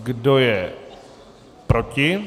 Kdo je proti?